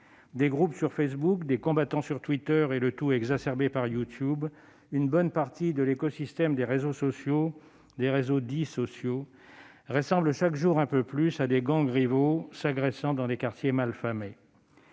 des groupes sur Facebook, des combattants sur Twitter, le tout exacerbé par YouTube, une bonne partie de l'écosystème des réseaux dits « sociaux » ressemble chaque jour un peu plus à des gangs rivaux s'agressant dans des quartiers mal famés.